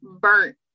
burnt